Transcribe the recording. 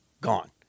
gone